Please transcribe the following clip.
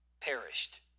perished